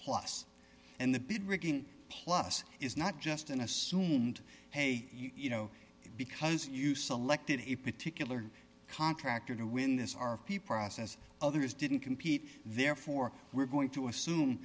rigging plus is not just an assumed hey you know because you selected a particular contractor to win this r p process others didn't compete therefore we're going to assume